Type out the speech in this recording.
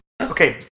Okay